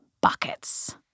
buckets